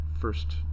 first